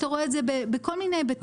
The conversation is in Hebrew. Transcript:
אתה רואה את זה בכל מיני היבטים.